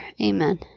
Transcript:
Amen